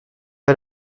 vas